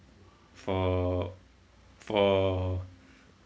for for